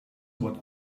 what